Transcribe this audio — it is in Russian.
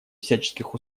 всяческих